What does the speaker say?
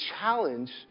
challenge